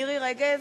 מירי רגב,